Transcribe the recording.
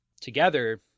together